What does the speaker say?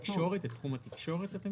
אתה מתכוון בתחום התקשורת?